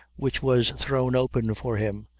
which was thrown open for him,